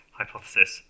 hypothesis